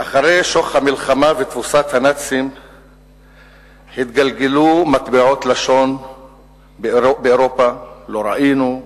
ואחרי שוך המלחמה ותבוסת הנאצים התגלגלו מטבעות לשון באירופה: לא ראינו,